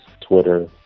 Twitter